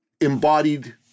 embodied